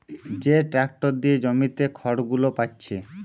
যে ট্যাক্টর দিয়ে জমিতে খড়গুলো পাচ্ছে